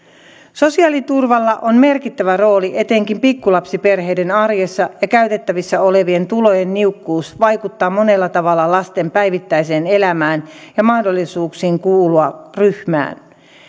sosiaaliturvalla on merkittävä rooli etenkin pikkulapsiperheiden arjessa ja käytettävissä olevien tulojen niukkuus vaikuttaa monella tavalla lasten päivittäiseen elämään ja mahdollisuuksiin kuulua ryhmään